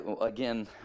again